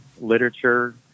literature